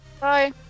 Bye